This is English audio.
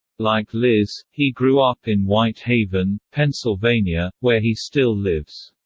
like liz, he grew up in white haven, pennsylvania, where he still lives.